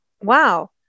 Wow